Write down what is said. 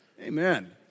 Amen